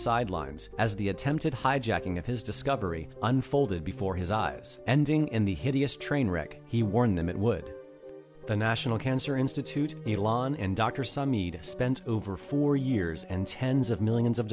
sidelines as the attempted hijacking of his discovery unfolded before his eyes ending in the hideous train wreck he warned them it would the national cancer institute a lawn and dr sun media spent over four years and tens of millions of